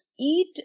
eat